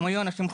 היו אנשים חולים.